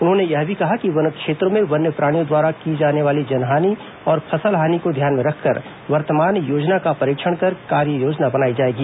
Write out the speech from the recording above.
उन्होंने यह भी कहा कि वन क्षेत्रों में वन्य प्राणियों द्वारा की जाने वाली जनहानि और फसल हानि को ध्यान में रखकर वर्तमान योजना का परीक्षण कर कार्ययोजना बनाई जाएगी